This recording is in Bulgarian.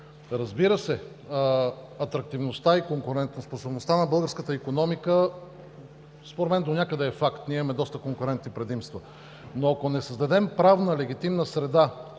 Разбира се, атрактивността и конкурентоспособността на българската икономика според мен донякъде е факт, ние имаме доста конкурентни предимства. Но, ако не създадем правна легитимна среда,